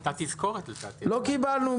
בדיקה נוספת היתה האם ניתן להוסיף גם